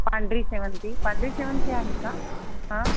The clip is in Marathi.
पांढरी शेवंती पांढरी शेवंती आहे का हां